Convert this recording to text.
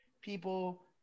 people